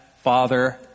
father